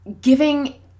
giving